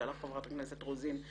שאלה חברת הכנסת רוזין,